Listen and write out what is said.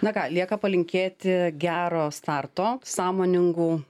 na ką lieka palinkėti gero starto sąmoningų